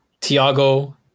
Tiago